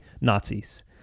Nazis